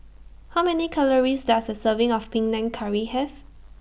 How Many Calories Does A Serving of Panang Curry Have